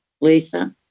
Lisa